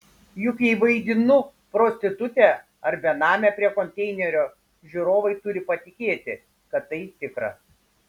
juk jei vaidinu prostitutę ar benamę prie konteinerio žiūrovai turi patikėti kad tai tikra